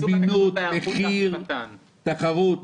על זמינות, מחיר, תחרות,